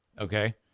Okay